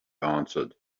answered